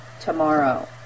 tomorrow